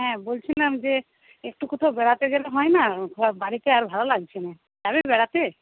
হ্যাঁ বলছিলাম যে একটু কোথাও বেড়াতে গেলে হয় না বাড়িতে আর ভালো লাগছে না যাবেন বেড়াতে